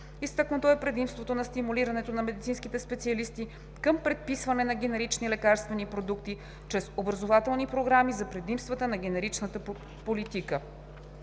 Изтъкнато е предимството на стимулирането на медицинските специалисти към предписване на генерични лекарствени продукти чрез образователни програми за предимствата на генеричната политика.